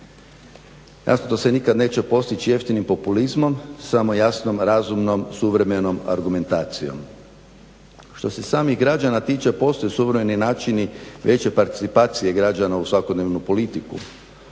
Jasno da se nikad neće postići jeftinim populizmom, samo jasnom, razumnom, suvremenom argumentacijom. Što se samih građana tiče postoje suvereni načini veće participacije građana u svakodnevnu politiku.